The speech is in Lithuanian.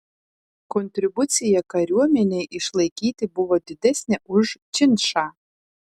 kontribucija kariuomenei išlaikyti buvo didesnė už činšą